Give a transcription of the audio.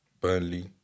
Burnley